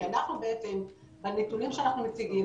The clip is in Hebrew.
כי אנחנו בעצם בנתונים שאנחנו מציגים,